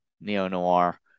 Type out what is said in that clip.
neo-noir